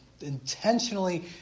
intentionally